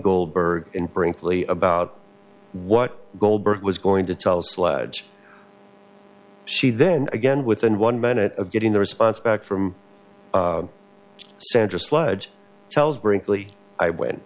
goldberg and brinkley about what goldberg was going to tell sludge she then again within one minute of getting the response back from sandra sludge tells brinkley i went